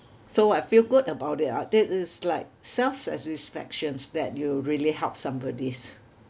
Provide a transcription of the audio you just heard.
so I feel good about it ah it is like self satisfactions that you really help somebody